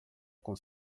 com